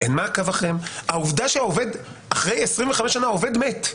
אין מעקב אחריהם, אחרי 25 שנה העובד מת.